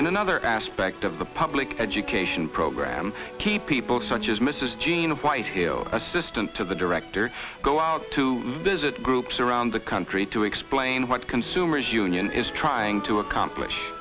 in another aspect of the public education program key people such as mrs gina whitehill assistant to the director go out to visit groups around the country to explain what consumers union is trying to accomplish